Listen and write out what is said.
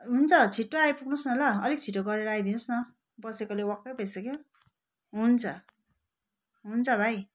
हुन्छ छिट्टो आइपुग्नुहोस् न ल अलिक छिटो गरेर आइदिनुहोस् न बसेकोले वाक्कै भइसक्यो हुन्छ हुन्छ भाइ